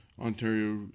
Ontario